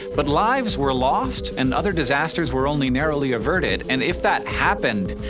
but lives were lost and other disasters were only narrowly averted. and if that happened,